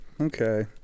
okay